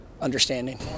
understanding